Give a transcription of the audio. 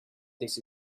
this